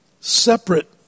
separate